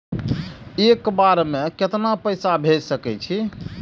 एक बार में केतना पैसा भेज सके छी?